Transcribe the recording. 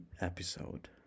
episode